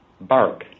bark